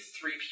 three